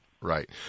right